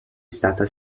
stata